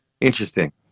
Interesting